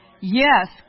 Yes